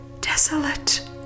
desolate